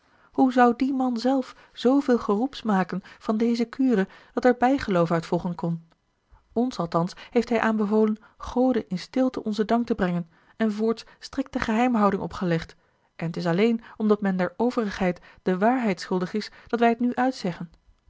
hoe zou die man zelf zooveel geroeps maken van deze kure dat er bijgeloof uit volgen kon ons althans heeft hij aanbevolen gode in stilte onzen dank te brengen en voorts strikte geheimhouding opgelegd en t is alleen omdat men der overigheid de waarheid schuldig is dat wij t nu uitzeggen